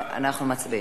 אנחנו מצביעים.